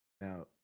Now